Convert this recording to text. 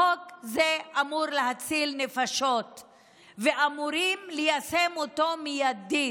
חוק זה אמור להציל נפשות ואמורים ליישם אותו מיידית,